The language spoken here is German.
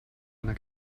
einer